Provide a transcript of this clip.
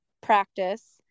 practice